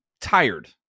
tired